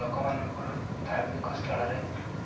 ଲୋକମାନଙ୍କର ଧାର୍ମିକ ସ୍ଥଳରେ